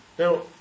Now